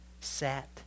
sat